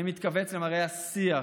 אני מתכווץ למראה השיח,